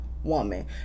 woman